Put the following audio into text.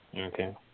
Okay